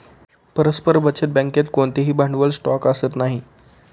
परस्पर बचत बँकेत कोणतेही भांडवल स्टॉक असत नाही